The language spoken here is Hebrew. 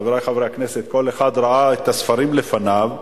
חברי חברי הכנסת, כל אחד ראה את הספרים לפניו,